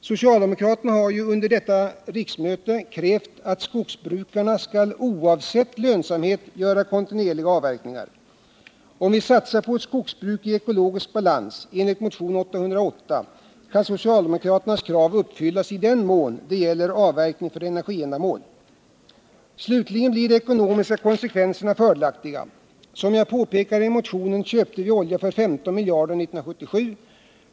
Socialdemokraterna har ju under detta riksmöte krävt att skogsbrukarna skall, oavsett lönsamhet, göra kontinuerliga avverkningar. Om vi satsar på ett skogsbruk i ekologisk balans enligt motionen 808, kan socialdemokraternas krav uppfyllas i den mån det gäller avverkning av skog för energiändamål. Slutligen blir även de ekonomiska konsekvenserna fördelaktiga. Som jag påpekar i motionen köpte vi olja för 15 miljarder kronor 1977.